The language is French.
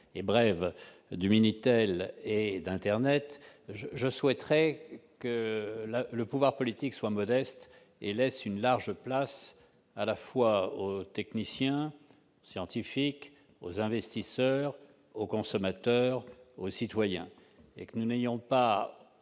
du minitel et d'internet, je souhaiterais que le pouvoir politique soit modeste et laisse une large place à la fois aux techniciens, aux scientifiques, aux investisseurs, aux consommateurs et aux citoyens. Il ne faut pas